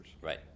Right